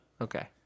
Okay